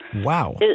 Wow